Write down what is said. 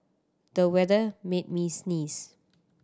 the weather made me sneeze